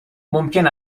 ممکن